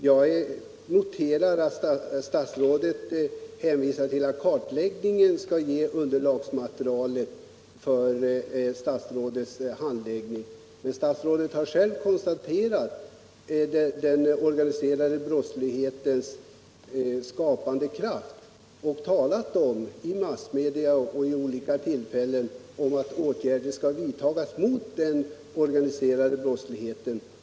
Jag noterar att statsrådet hänvisar till att kartläggningen skall ge materialet för statsrådets handläggning av frågan. Statsrådet har själv vid olika tillfällen i massmedia och på andra håll talat om att åtgärder skall vidtas mot den organiserade brottsligheten.